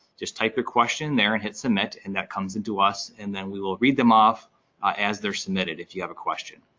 just type question there and hit submit, and that comes into us, and then we will read them off as they're submitted, if you have a question.